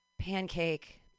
Pancake